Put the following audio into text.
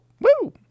Woo